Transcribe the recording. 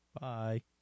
Bye